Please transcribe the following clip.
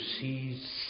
sees